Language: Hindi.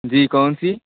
जी कौनसी